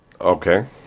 Okay